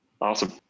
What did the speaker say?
Awesome